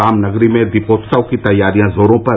रामनगरी में दीपोत्सव की तैयारियां जोरो पर